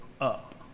up